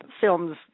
films